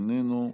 איננו,